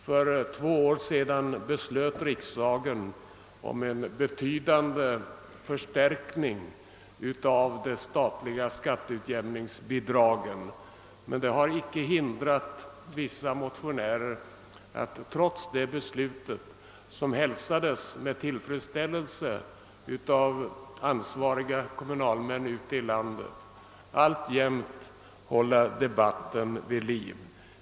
För två år sedan fattade riksdagen beslut om en betydande förstärkning av de kommunala skatteutjämningsbidragen, men det beslutet — som. hälsades med tillfredsställelse av ansvariga kommunalmän ute i landet — har inte hindrat vissa motionärer att alltjämt hålla debatten vid liv.